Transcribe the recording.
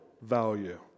value